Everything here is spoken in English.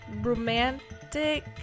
romantic